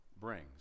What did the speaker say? brings